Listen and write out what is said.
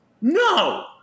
no